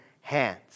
hands